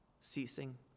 ceasing